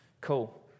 Cool